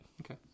okay